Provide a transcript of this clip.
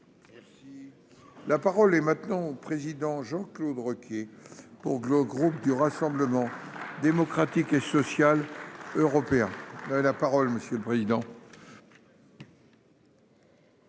La parole est maintenant président Jean-Claude Requier pour le groupe du Rassemblement démocratique et social européen. La parole monsieur le président.--